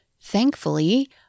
Thankfully